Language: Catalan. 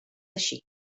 així